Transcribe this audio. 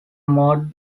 mode